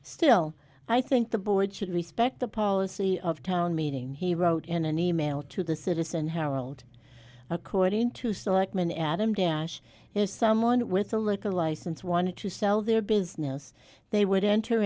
still i think the board should respect the policy of town meeting he wrote in an email to the citizen herald according to selectmen adam dash is someone with a liquor license wanted to sell their business they would enter